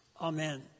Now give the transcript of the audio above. Amen